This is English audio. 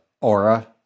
aura